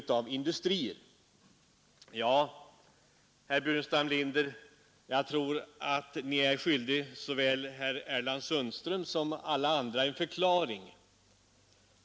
Jag tror, herr Burenstam Linder, att ni är skyldig såväl herr Sigvard Sundström som alla andra en förklaring.